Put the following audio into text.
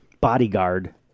bodyguard